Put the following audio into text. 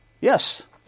Yes